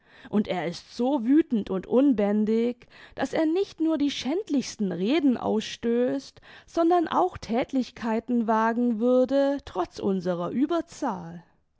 und er ist so wüthend und unbändig daß er nicht nur die schändlichsten reden ausstößt sondern auch thätlichkeiten wagen würde trotz unserer ueberzahl